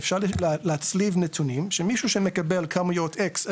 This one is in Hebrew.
אפשר להצליב נתונים שמי שמקבל כמויות איקס,